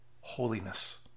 holiness